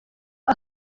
aka